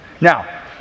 Now